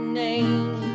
name